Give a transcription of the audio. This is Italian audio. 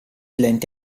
lenti